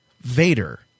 Vader